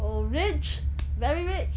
oh rich very rich